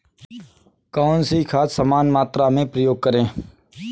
कौन सी खाद समान मात्रा में प्रयोग करें?